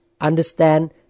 understand